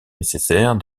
nécessaire